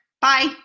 Bye